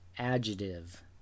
adjective